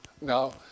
Now